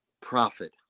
profit